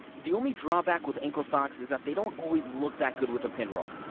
the only drawback with ankle socks is that they don't always look that good with a pinroll.